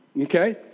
okay